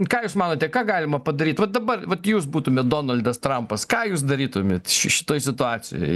ką jūs manote ką galima padaryt va dabar vat jūs būtumėt donaldas trampas ką jūs darytumėt šitoj situacijoj